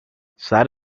side